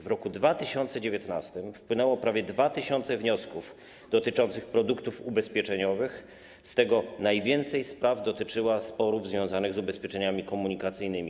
W roku 2019 wpłynęło prawie 2 tys. wniosków dotyczących produktów ubezpieczeniowych, z czego najwięcej spraw dotyczyło sporów związanych z ubezpieczeniami komunikacyjnymi.